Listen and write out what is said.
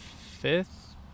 fifth